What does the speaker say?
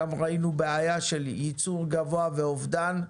עכשיו ראינו בעיה של ייצור גבוה ואובדן,